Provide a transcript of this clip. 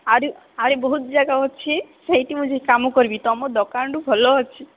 ଆହୁରି ଆହୁରି ବହୁତ ଯାଗା ଅଛି ସେଇଠି ମୁଁ ଯାଇ କାମ କରିବି ତୁମ ଦୋକାନଠୁ ଭଲ ଅଛି